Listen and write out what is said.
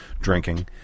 drinking